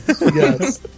Yes